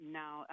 now